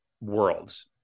worlds